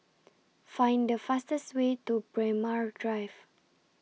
Fine The fastest Way to Braemar Drive